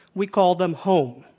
we call them home.